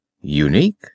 unique